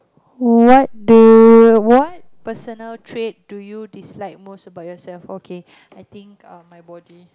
what the what personal trait do you dislike most about yourself okay I think um my body